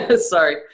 sorry